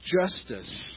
justice